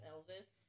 Elvis